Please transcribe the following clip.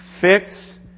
fix